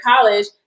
college